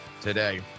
today